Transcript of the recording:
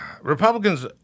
Republicans